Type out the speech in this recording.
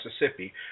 Mississippi